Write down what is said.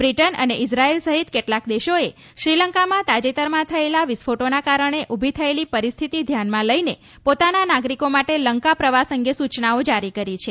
Britain અને Israel સહિત કેટલાક દેશોએ શ્રીલંકામાં તાજેતરમાં થયેલા વિસ્ફોટોના કારણે ઉભી થયેલી પરિસ્થિતિ ધ્યનમાં લઈને પોતાના નાગરિકો માટે લંકા પ્રવાસ અંગે સૂચનાઓ જારી કરી છે